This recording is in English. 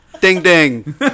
Ding-ding